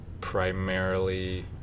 primarily